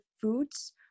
foods